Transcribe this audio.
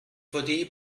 dvd